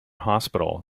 hospital